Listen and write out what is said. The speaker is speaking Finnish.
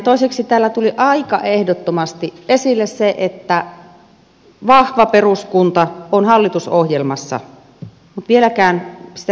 toiseksi täällä tuli aika ehdottomasti esille se että vahva peruskunta on hallitusohjelmassa mutta vieläkään sitä ei ole auki kirjoitettu